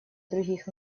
других